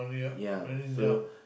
ya so